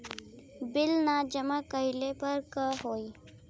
Bill न जमा कइले पर का होई?